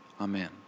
Amen